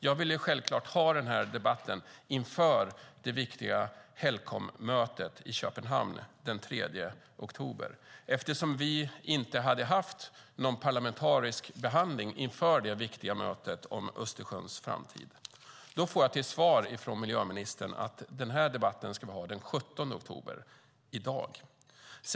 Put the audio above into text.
Jag ville självklart ha den här debatten inför det viktiga Helcommötet i Köpenhamn den 3 oktober eftersom vi inte hade haft någon parlamentarisk behandling inför det viktiga mötet om Östersjöns framtid. Då får jag till svar från miljöministern att vi ska ha den här debatten den 17 oktober, i dag.